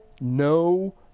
no